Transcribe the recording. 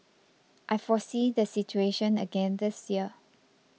I foresee the situation again this year